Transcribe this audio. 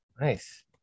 nice